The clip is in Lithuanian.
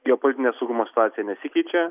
geopolitinė saugumo situacija nesikeičia